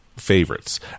favorites